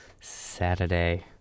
Saturday